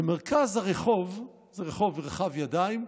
במרכז הרחוב, זה רחוב רחב ידיים,